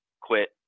quit